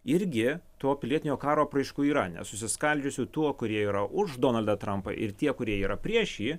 irgi to pilietinio karo apraiškų yra nesusiskaldžiusių tuo kurie yra už donaldą trampą ir tie kurie yra prieš jį